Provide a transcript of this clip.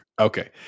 Okay